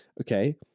Okay